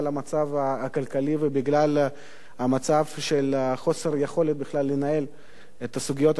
הכלכלי ובגלל חוסר יכולת בכלל לנהל את הסוגיות הכלכליות.